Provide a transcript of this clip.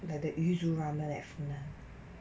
like the yuzu ramen at funan